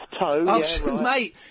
mate